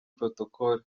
protocol